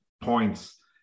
points